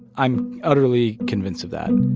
i'm utterly convinced of that